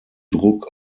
druck